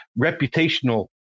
reputational